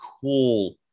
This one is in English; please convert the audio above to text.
cool